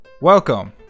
Welcome